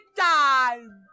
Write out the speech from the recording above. time